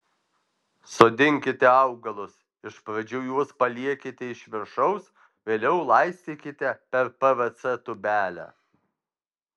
sodinkite augalus iš pradžių juos paliekite iš viršaus vėliau laistykite per pvc tūbelę